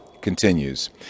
Continues